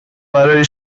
برای